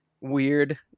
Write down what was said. weird